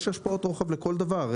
יש השפעות רוחב לכל דבר.